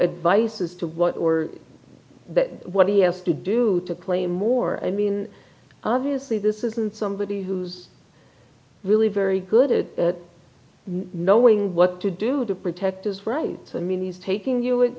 advice as to what or what do you have to do to claim or i mean obviously this isn't somebody who's really very good at knowing what to do to protect his rights i mean he's taking you wit